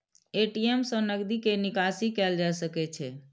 ATM सं नकदी के निकासी कैल जा सकै छै